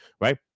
right